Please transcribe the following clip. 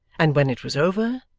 and when it was over,